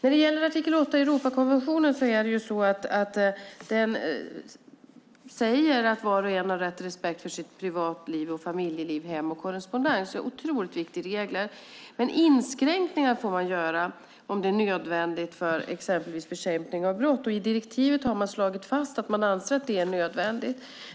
Artikel 8 i Europakonventionen säger att var och en har rätt till respekt för sitt privatliv, familjeliv, hem och korrespondens. Det är en otroligt viktig regel. Men inskränkningar får man göra om det är nödvändigt för exempelvis bekämpning av brott. I direktivet har man slagit fast att det är nödvändigt.